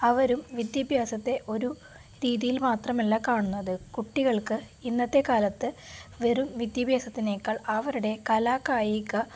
അവരും വിദ്യാഭ്യാസത്തെ ഒരു രീതിയിൽ മാത്രമല്ല കാണുന്നത് കുട്ടികൾക്ക് ഇന്നത്തെക്കാലത്ത് വെറും വിദ്യാഭ്യാസത്തിനേക്കാൾ അവരുടെ കലാകായിക